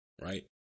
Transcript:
Right